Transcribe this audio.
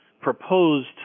proposed